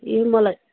ए मलाई